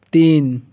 तीन